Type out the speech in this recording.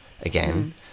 again